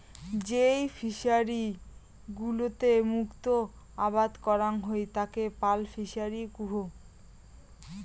যেই ফিশারি গুলোতে মুক্ত আবাদ করাং হই তাকে পার্ল ফিসারী কুহ